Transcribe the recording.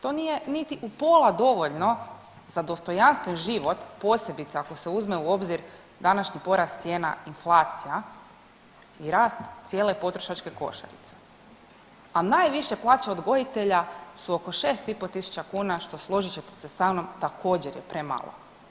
To nije niti u pola dovoljno za dostojanstven život posebice ako se uzme u obzir današnji porast cijena inflacija i rast cijele potrošačke košarice, a najviše plaće odgojitelja su oko 6 i pol tisuće kuna što složit ćete se sa mnom također je premalo.